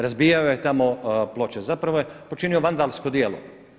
Razbijao je tamo ploče, zapravo je počinio vandalsko djelo.